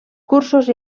cursos